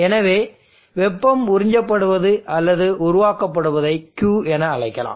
எனவே வெப்பம் உறிஞ்சப்படுவது அல்லது உருவாக்கப்படுவதை Q என அழைக்கலாம்